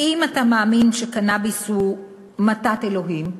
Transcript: אם אתה מאמין שקנאביס הוא מתת אלוהים,